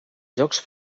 jocs